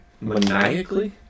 Maniacally